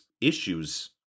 issues